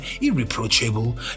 irreproachable